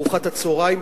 ארוחת הצהריים,